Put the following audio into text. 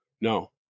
No